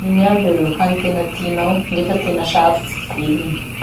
Ino aby reo hany tena tianao nefa tena sarotsy ty viliny?